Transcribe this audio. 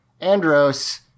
Andros